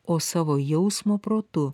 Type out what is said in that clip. o savo jausmo protu